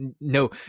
no